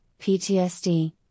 PTSD